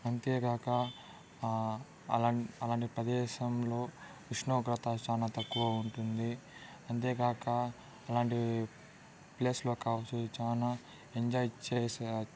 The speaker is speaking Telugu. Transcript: అంతేగాక అలాంటి అలాంటి ప్రదేశంలో ఉష్ణోగ్రత చాలా తక్కువ ఉంటుంది అంతేకాక ఇలాంటి ప్లేస్ లో కావచ్చు చాలా ఎంజాయ్ చేసే